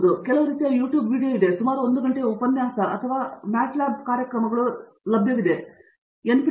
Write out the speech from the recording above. ಆದುದರಿಂದ ಕೆಲವು ರೀತಿಯ YouTube ವೀಡಿಯೊ ಸುಮಾರು ಒಂದು ಘಂಟೆಯ ಉಪನ್ಯಾಸ ಅಥವಾ ಮ್ಯಾಟ್ ಲ್ಯಾಬ್ ಕಾರ್ಯಕ್ರಮಗಳು ಹೀಗೆ ಹೇಳುವಂತೆಯೇ ಇರಬಹುದು